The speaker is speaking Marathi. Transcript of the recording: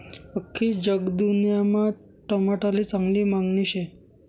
आख्खी जगदुन्यामा टमाटाले चांगली मांगनी शे